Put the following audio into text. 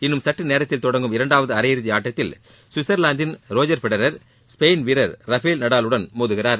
இன்னும் சற்று நேரத்தில் தொடங்கும் இரண்டாவது அனயிறுதி ஆட்டத்தில் சுவிட்சர்லாந்தின் ரோஜர் ஃபெடரர் ஸ்பெயின் வீரர் ரஃபேல் நடாலடன் மோதகிறார்